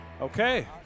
Okay